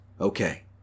Okay